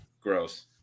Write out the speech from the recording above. gross